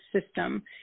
system